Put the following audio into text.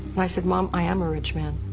i said, mom i am a rich man.